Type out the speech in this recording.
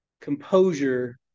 composure